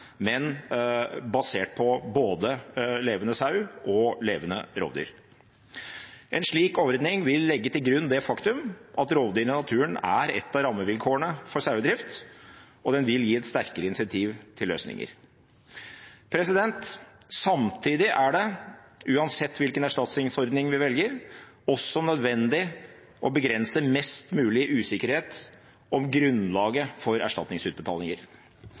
men basert på både levende sau og levende rovdyr. En slik ordning vil legge til grunn det faktum at rovdyr i naturen er et av rammevilkårene for sauedrift, og den vil gi et sterkere incentiv til løsninger. Samtidig er det, uansett hvilken erstatningsordning vi velger, også nødvendig å begrense mest mulig usikkerhet om grunnlaget for erstatningsutbetalinger.